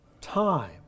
time